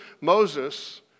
Moses